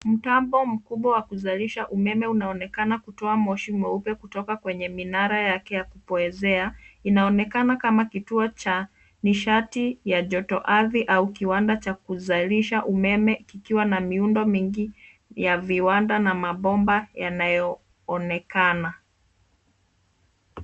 Mtambo mkubwa wa kuzalisha umeme unaonekana kutoa moshi mweupe kutoka kwenye minara yake ya kupoezea. Inaonekana kama kituo cha nishati ya jotoardhi au kiwanda cha kuzalisha umeme ukiwa na miundo mingi ya viwanda na mabomba yanayoonekana.